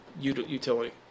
utility